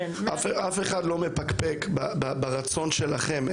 אף אחד לא מפקפק ברצון שלכם.